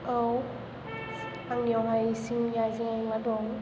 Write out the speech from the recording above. औ आंनियावहाय इसिंनि आयजें आयला दं